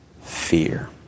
fear